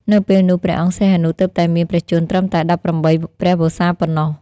នៅពេលនោះ ព្រះអង្គសីហនុទើបតែមានព្រះជន្មត្រឹមតែ ១៨ ព្រះវស្សា ប៉ុណ្ណោះ។